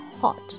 hot